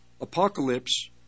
apocalypse